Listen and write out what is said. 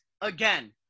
again